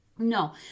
No